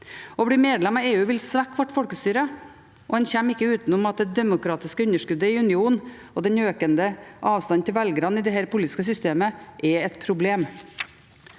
Å bli medlem av EU vil svekke vårt folkestyre, og en kommer ikke utenom at det demokratiske underskuddet i unionen og den økende avstanden til velgerne i dette politiske systemet er et problem.